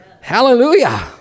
Hallelujah